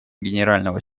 генерального